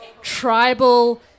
tribal